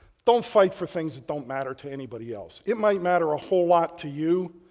don't fight for things that don't matter to anybody else. it might matter a whole lot to you,